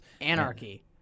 Anarchy